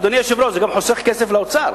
אדוני היושב-ראש, זה גם חוסך כסף לאוצר.